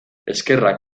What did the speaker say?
eskerrak